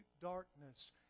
darkness